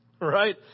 right